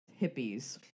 hippies